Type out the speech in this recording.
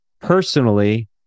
personally